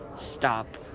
stop